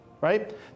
right